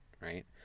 right